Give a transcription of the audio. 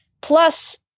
Plus